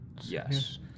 Yes